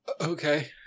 Okay